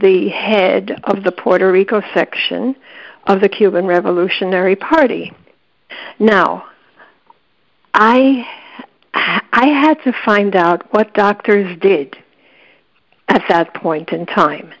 the head of the puerto rico section of the cuban revolutionary party now i i had to find out what doctors did at that point in time